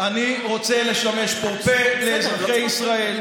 אני רוצה לשמש פה לאזרחי ישראל,